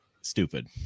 stupid